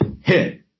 hit